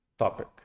topic